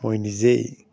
মই নিজেই